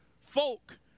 folk